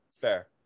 fair